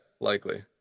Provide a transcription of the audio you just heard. likely